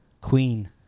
Queen